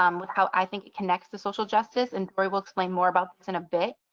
um with how i think it connects to social justice. and i will explain more about this in a bit.